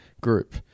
group